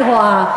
אני רואה.